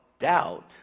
doubt